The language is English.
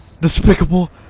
Despicable